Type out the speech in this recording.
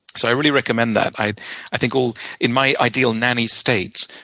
so i really recommend that. i i think all in my ideal nanny state,